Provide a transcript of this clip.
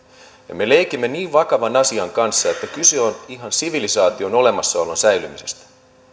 me me leikimme niin vakavan asian kanssa että kyse on ihan sivilisaation olemassaolon säilymisestä